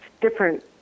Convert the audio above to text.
different